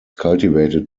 cultivated